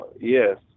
Yes